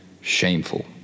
shameful